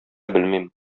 белмим